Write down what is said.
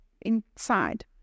inside